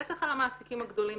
בטח על המעסיקים הגדולים.